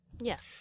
Yes